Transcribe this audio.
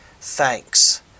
Thanks